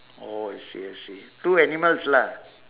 oh I see I see two animals lah